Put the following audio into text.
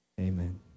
amen